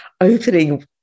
opening